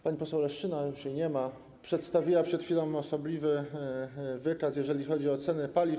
Pani poseł Leszczyna, ale już jej nie ma, przedstawiła przed chwilą osobliwy wykaz, jeżeli chodzi o ceny paliw.